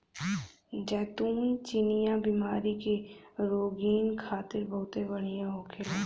जैतून चिनिया बीमारी के रोगीन खातिर बहुते बढ़िया होखेला